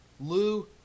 Lou